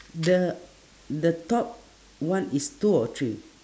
the the top one is two or three